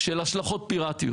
של השלכות פיראטיות.